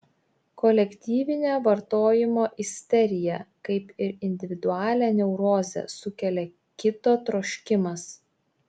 kolektyvinę vartojimo isteriją kaip ir individualią neurozę sukelia kito troškimas